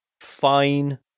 fine